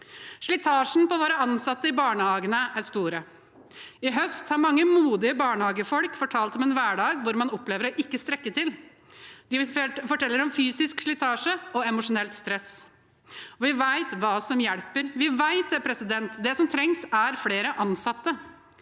Slitasjen på våre ansatte i barnehagene er stor. I høst har mange modige barnehagefolk fortalt om en hverdag hvor man opplever å ikke strekke til. De forteller om fysisk slitasje og emosjonelt stress. Vi vet hva som hjelper – vi vet det. Det som trengs, er flere ansatte.